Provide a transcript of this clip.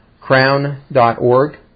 crown.org